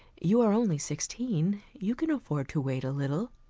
you are only sixteen, you can afford to wait a little.